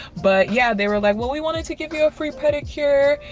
but yeah, they were like, well, we wanted to give you a free pedicure.